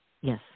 Yes